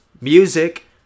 music